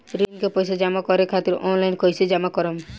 ऋण के पैसा जमा करें खातिर ऑनलाइन कइसे जमा करम?